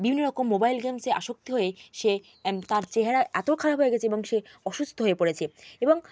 বিভিন্ন রকম মোবাইল গেমসে আসক্তি হয়ে সে তার চেহারা এত খারাপ হয়ে গেছে এবং সে অসুস্থ হয়ে পড়েছে এবং